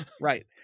Right